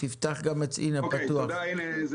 הנושא